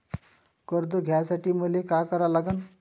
कर्ज घ्यासाठी मले का करा लागन?